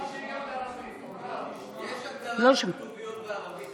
הוא אמר, יש הגדרה של כתוביות בערבית.